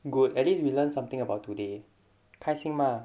good at least we learn something about today 开心 mah